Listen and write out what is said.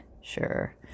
Sure